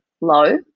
low